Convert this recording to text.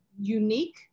unique